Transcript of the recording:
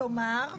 כלומר,